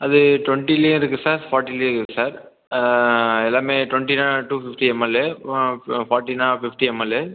அது டுவெண்ட்டிலியும் இருக்குது சார் ஃபார்ட்டிலியும் இருக்குது சார் எல்லாமே டுவெண்ட்டினால் டூ ஃபிஃப்ட்டி எம்மலு ஃபா ஃபார்ட்டினா ஃபிஃப்ட்டி எம்மலு